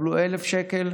יקבלו 1,000 שקלים.